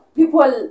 people